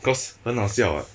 cause 很好笑 [what]